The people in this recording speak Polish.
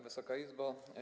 Wysoka Izbo!